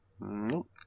Nope